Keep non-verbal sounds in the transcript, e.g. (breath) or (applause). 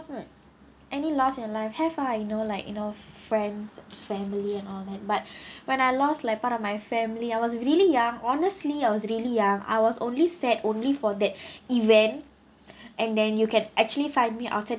any loss in your life have ah you know like you know friends family and all that but (breath) when I lost like part of my family I was really young honestly I was really young I was only set only for that event and then you can actually find me outside